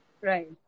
Right